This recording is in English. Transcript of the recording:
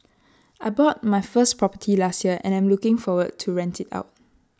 I bought my first property last year and I am looking to rent IT out